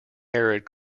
arid